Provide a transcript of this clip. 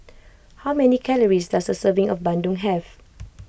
how many calories does a serving of Bandung have